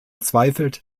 zweifelt